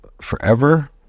forever